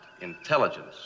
intelligence